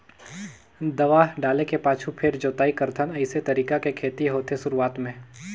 दवा डाले के पाछू फेर जोताई करथन अइसे तरीका के खेती होथे शुरूआत में